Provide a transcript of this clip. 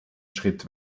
schritt